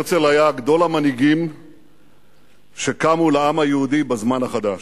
הרצל היה גדול המנהיגים שקמו לעם היהודי בזמן החדש.